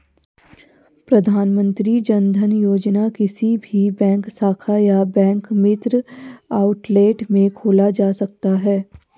प्रधानमंत्री जनधन योजना किसी भी बैंक शाखा या बैंक मित्र आउटलेट में खोला जा सकता है